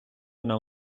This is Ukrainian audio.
нам